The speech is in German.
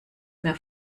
mehr